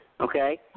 okay